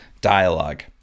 dialogue